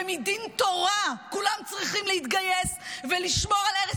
ומדין תורה כולם צריכים להתגייס ולשמור על ארץ